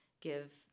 give